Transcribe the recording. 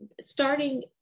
starting